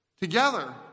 together